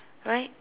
right